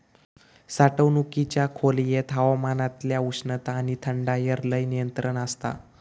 साठवणुकीच्या खोलयेत हवामानातल्या उष्णता आणि थंडायर लय नियंत्रण आसता